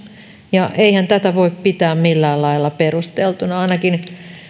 terveyskeskuspalveluita eihän tätä voi pitää millään lailla perusteltuna ainakin